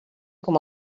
com